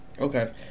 Okay